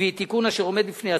והיא תיקון אשר עומד בפני עצמו.